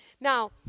now